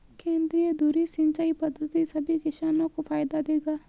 केंद्रीय धुरी सिंचाई पद्धति सभी किसानों को फायदा देगा